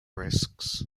risks